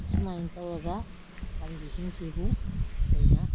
ꯑꯁꯨꯃꯥꯏ ꯇꯧꯔꯒ ꯄꯥꯝꯕꯤꯁꯤꯡꯁꯤꯕꯨ ꯑꯩꯈꯣꯏꯅ